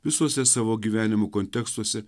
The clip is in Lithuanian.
visuose savo gyvenimo kontekstuose